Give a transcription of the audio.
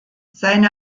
seine